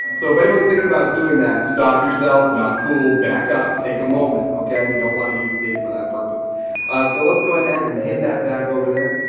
so if anyone's thinking about doing that, stop yourself, not cool, back up, take a moment, okay? you don't want to use tape for that purpose. ah so let's go ahead and hand that back over there.